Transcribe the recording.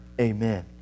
Amen